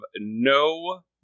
no